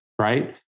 right